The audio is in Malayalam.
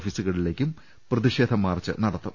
ഓഫീസുകളിലേക്കും പ്രതിഷേധമാർച്ച് നടത്തും